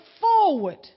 forward